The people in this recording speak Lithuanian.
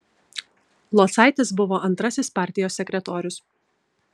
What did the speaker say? locaitis buvo antrasis partijos sekretorius